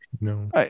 No